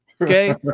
Okay